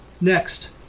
Next